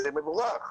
זה מבורך.